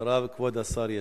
אחריו, כבוד השר ישיב.